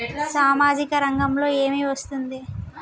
సామాజిక రంగంలో ఏమి వస్తుంది?